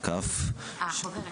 כ/948,